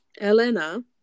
Elena